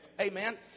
Amen